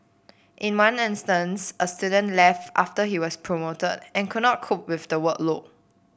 in one instance a student left after he was promoted and could not cope with the workload